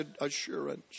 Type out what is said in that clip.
assurance